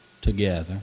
together